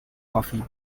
coffee